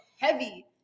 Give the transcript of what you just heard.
heavy